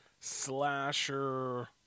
slasher